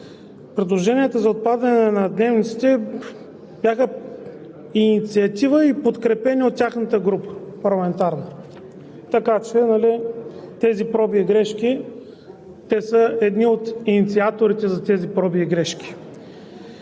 предложенията за отпадане на дневниците бяха инициатива и подкрепени от тяхната парламентарна група. Така че те са едни от инициаторите за тези проби и грешки.